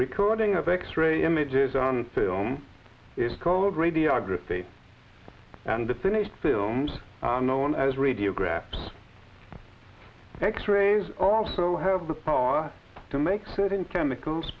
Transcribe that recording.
recording of x ray images on film is called radiography and the finished films are known as radiographs x rays also have the power to make certain chemicals